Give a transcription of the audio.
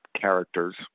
characters